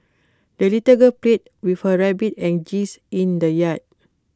the little girl played with her rabbit and geese in the yard